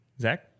zach